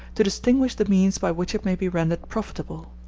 to distinguish the means by which it may be rendered profitable.